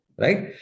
right